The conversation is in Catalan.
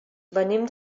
venim